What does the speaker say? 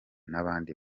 n’abandi